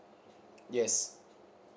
yes